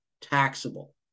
taxable